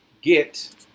get